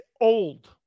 old